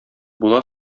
була